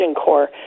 Corps